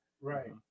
Right